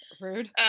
Rude